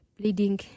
bleeding